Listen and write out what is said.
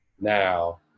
Now